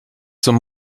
zum